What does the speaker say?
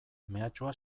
mehatxua